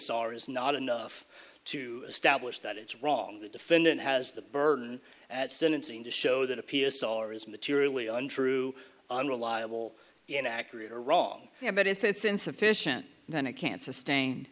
r is not enough to establish that it's wrong the defendant has the burden at sentencing to show that appears are is materially untrue unreliable inaccurate or wrong and that if it's insufficient then it can't sustain